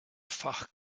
fach